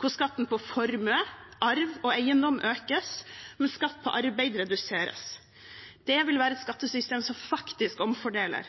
hvor skatten på formue, arv og eiendom økes, mens skatt på arbeid reduseres. Det vil være et skattesystem som faktisk omfordeler